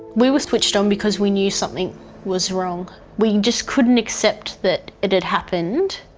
we were switched on because we knew something was wrong. we just couldn't accept that it had happened